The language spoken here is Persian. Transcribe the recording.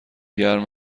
گرم